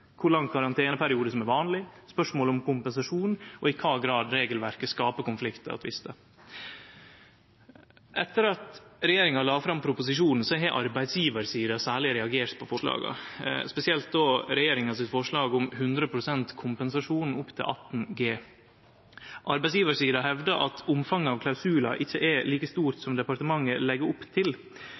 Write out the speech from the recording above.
kor lang karanteneperiode som er vanleg, spørsmål om kompensasjon, og i kva grad regelverket skapar konfliktar og tvistar. Etter at regjeringa la fram proposisjonen, har særleg arbeidsgjevarsida reagert på forslaga, spesielt regjeringa sitt forslag om 100 pst. kompensasjon opp til 18 G. Arbeidsgjevarsida hevdar at omfanget av klausular ikkje er like stort som departementet legg opp til